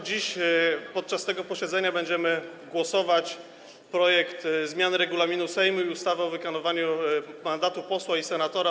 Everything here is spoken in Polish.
Dziś podczas posiedzenia będziemy głosować nad projektem zmiany regulaminu Sejmu i ustawy o wykonywaniu mandatu posła i senatora.